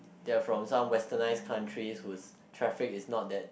they are from some westernised country whose traffic is not that